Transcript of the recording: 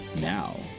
now